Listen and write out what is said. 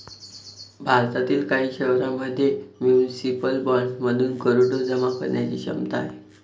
भारतातील काही शहरांमध्ये म्युनिसिपल बॉण्ड्समधून करोडो जमा करण्याची क्षमता आहे